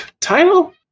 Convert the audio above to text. Title